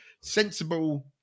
Sensible